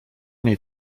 niej